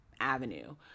avenue